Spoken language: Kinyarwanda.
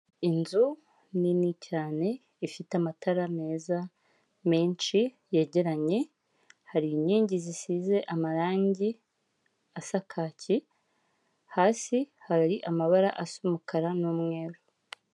Inzu nini cyane ifite amatara meza menshi yegeranye hari inkingi zisize amarangi asa kaki, hasi hari amabara asa umukara n'umweru.